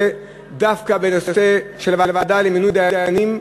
דווקא בנושא של הוועדה למינוי דיינים,